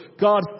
God